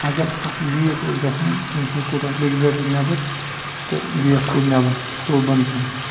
اگر اَتھ لیٖک اوس گَژھان تَمہِ ساتہٕ کوٚڈ اَتھ رِگلیٹَر نیبر تہٕ گیس کوٚڈ نیبر تھو بَنٛد کٔرِتھ